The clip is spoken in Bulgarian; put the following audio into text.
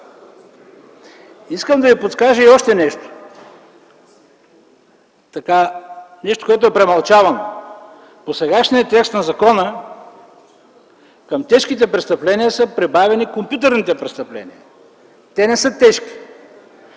Искам да ви подскажа нещо, което е премълчавано. В сегашният текст на закона към тежките престъпления са прибавени и компютърните престъпления. Те не са тежки.